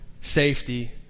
safety